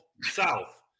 south